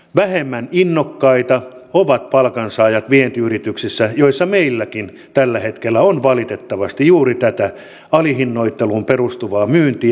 vähemmän innokkaita ovat palkansaajat vientiyrityksissä joissa meilläkin tällä hetkellä on valitettavasti juuri tätä alihinnoitteluun perustuvaa myyntiä